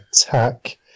attack